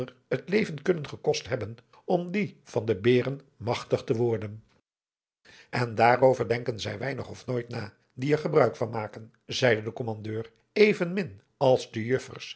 het leven kunen gekost hebben om die van de beeren magtig te worden en daarover denken zij weinig of nooit na die er gebruik van maken zeide de kommandeur even min als de juffers